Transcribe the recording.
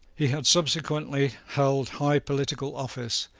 he had subsequently held high political office,